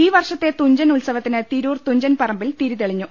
ഈ വർഷത്തെ തുഞ്ചൻ ഉത്സവത്തിന് തിരൂർ തുഞ്ചൻ പ്രറമ്പിൽ തിരിതെളിഞ്ഞു